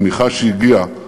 תמיכה שהגיעה